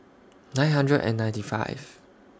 nine hundred and ninety five